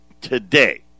today